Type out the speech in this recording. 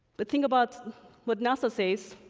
but think about what nasa says,